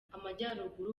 amajyaruguru